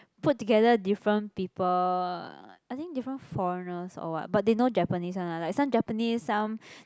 put together different people I think different foreigners or what but they know Japanese one lah like some Japanese some